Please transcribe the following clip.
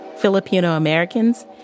Filipino-Americans